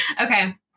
okay